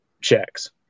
checks